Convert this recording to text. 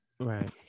Right